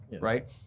Right